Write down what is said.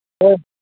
ꯍꯣꯏ